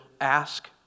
ask